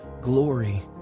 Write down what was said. glory